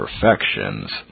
perfections